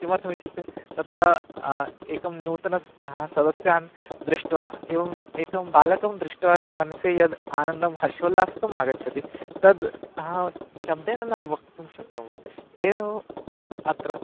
किमर्थमित्युक्ते तत्र एकं नूतनः सदस्यान् दृष्ट्वा एवम् एकं बालकं दृष्ट्वा मनसि यः आनन्दः हर्षोल्लसितुम् आगच्छति तद् शब्देन न वक्तुं शक्नोमि एवम् अत्र